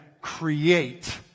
create